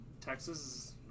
Texas